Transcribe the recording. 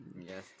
Yes